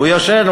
הוא ישן,